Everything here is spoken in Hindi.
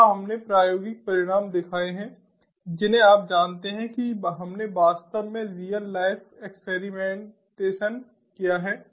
यहां हमने प्रायोगिक परिणाम दिखाए हैं जिन्हें आप जानते हैं कि हमने वास्तव में रियल लाइफ एक्सपेरिमेंटेशन किया है